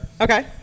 Okay